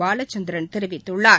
பாலச்சந்திரன் தெரிவித்துள்ளார்